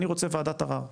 אני רוצה וועדת ערער,